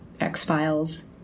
X-Files